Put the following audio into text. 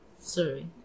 Sorry